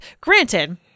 Granted